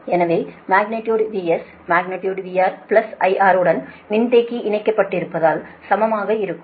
எனவே magnitude VS magnitude VR IR உடன் மின்தேக்கி இணைக்கப்பட்டிருப்பதால் சமமாக இருக்கும்